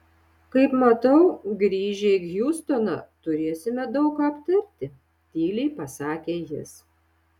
kaip matau grįžę į hjustoną turėsime daug ką aptarti tyliai pasakė jis